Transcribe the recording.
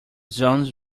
zones